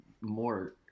more